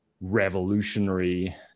revolutionary